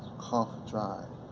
cough dry,